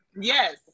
Yes